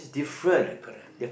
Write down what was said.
correct correct